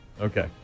Okay